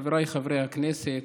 חבריי חברי הכנסת,